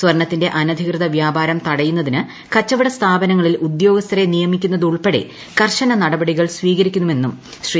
സ്വർണത്തിന്റെ അ്ന്നധികൃത വ്യപാരം തടയുന്നതിന് കച്ചവട സ്ഥാപനങ്ങളിൽ ഉദ്ദ്യോഗ്ശ്സ്ഥരെ നിയമിക്കുന്നതുൾപ്പെടെ കർശന നടപട്ടികൂൾ ്സ്വീകരിക്കുമെന്നും ശ്രീ